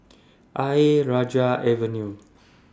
Ayer Rajah Avenue